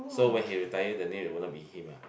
so when he retire the name it will not be him lah